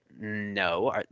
No